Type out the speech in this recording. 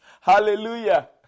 Hallelujah